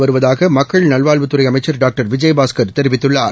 வருவதாக மக்கள் நல்வாழ்வுத் துறை அமைச்சர் டாக்டர் விஜயபாஸ்கர் தெரிவித்துள்ளார்